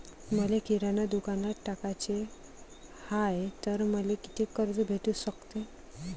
मले किराणा दुकानात टाकाचे हाय तर मले कितीक कर्ज भेटू सकते?